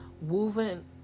woven